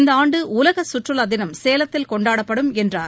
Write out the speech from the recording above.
இந்த ஆண்டு உலக சுற்றுலா தினம் சேலத்தில் கொண்டாடப்படும் என்றார்